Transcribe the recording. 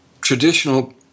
traditional